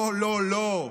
לא, לא, לא.